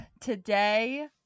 today